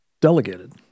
delegated